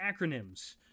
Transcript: acronyms